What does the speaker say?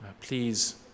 please